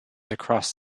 across